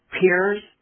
peers